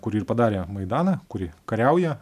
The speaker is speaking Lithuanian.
kuri ir padarė maidaną kuri kariauja